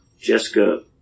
Jessica